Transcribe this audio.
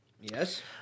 Yes